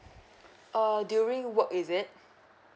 oh during work is it